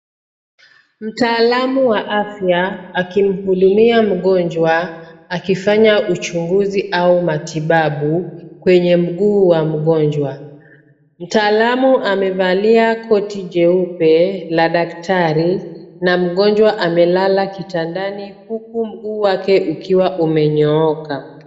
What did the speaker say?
Mtaalamu wa afya akimhudumia mgonjwa akifanya uchunguzi au matibabu kwenye mguu wa mgonjwa. Mtaalamu amevalia koti jeupe la daktari na mgonjwa amelala kitandani huku mguu wake ukiwa umenyooka.